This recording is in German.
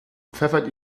pfeffert